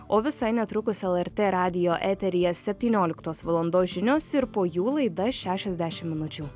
o visai netrukus lrt radijo eteryje septynioliktos valandos žinios ir po jų laida šešiasdešim minučių